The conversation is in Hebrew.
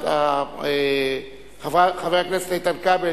שחבר הכנסת איתן כבל,